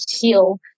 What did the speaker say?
heal